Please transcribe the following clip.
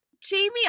Jamie